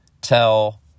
tell